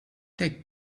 take